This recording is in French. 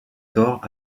tort